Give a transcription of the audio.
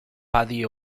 paddy